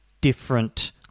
different